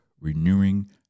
Renewing